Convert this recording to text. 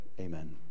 amen